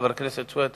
חבר הכנסת סוייד,